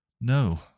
No